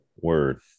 Word